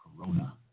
Corona